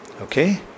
Okay